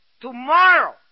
Tomorrow